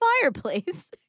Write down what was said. fireplace